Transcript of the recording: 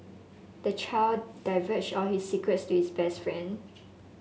the child divulged all his secrets to his best friend